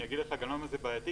אני אגיד גם מה זה בעייתי,